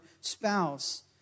spouse